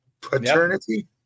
paternity